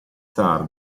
star